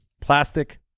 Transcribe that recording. Plastic